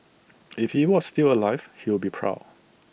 if he was still alive he would be proud